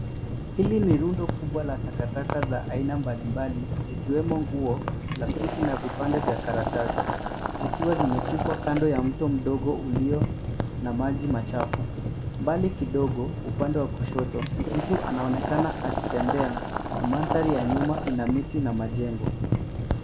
Hili ni rundo kubwa la takataka za aina mbalimbali, zikiwemo nguo, plastiki na vipande vya karatasi, zikiwa zimetupwa kando ya mto mdogo ulio na maji machafu. Mbali kidogo upande wa kushoto, mtu anaoneknaa akitembea na mandhari ya nyuma ina miti na majengo.